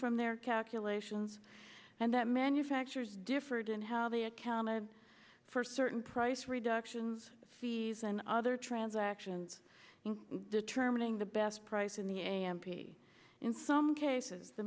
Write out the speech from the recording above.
from their calculations and that manufacturers differed in how they accounted for certain price reductions fees and other transactions determining the best price in the a m p in some cases the